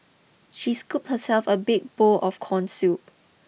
she scoop herself a big bowl of corn soup